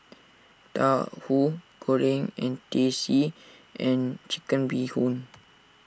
Tauhu Goreng Teh C and Chicken Bee Hoon